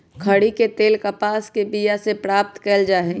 खरि के तेल कपास के बिया से प्राप्त कएल जाइ छइ